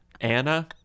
Anna